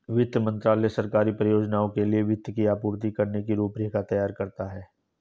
वित्त मंत्रालय सरकारी परियोजनाओं के लिए वित्त की आपूर्ति करने की रूपरेखा तैयार करता है